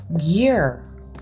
year